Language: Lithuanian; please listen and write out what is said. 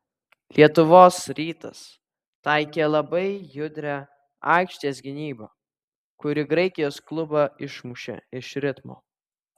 lietuvos rytas taikė labai judrią aikštės gynybą kuri graikijos klubą išmušė iš ritmo